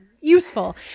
useful